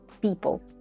people